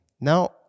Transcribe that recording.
Now